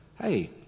hey